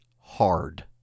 hard